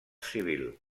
civil